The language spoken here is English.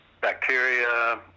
bacteria